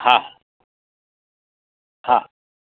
હા હા